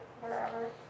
wherever